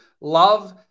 love